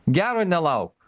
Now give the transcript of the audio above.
gero nelauk